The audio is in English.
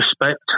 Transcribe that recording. respect